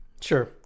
Sure